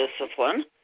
discipline